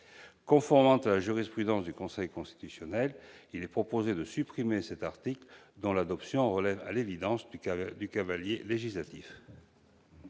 Conformément à la jurisprudence du Conseil constitutionnel, il est proposé de supprimer cet article, qui est à l'évidence un cavalier législatif.